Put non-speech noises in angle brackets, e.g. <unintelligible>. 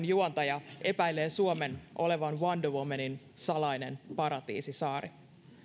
<unintelligible> juontaja epäilee suomen olevan wonder womanin salainen paratiisisaari